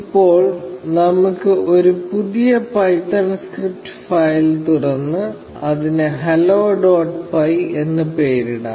ഇപ്പോൾ നമുക്ക് ഒരു പുതിയ പൈത്തൺ സ്ക്രിപ്റ്റ് ഫയൽ തുറന്ന് അതിന് ഹലോ ഡോട്ട് പൈ എന്ന് പേരിടാം